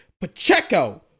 Pacheco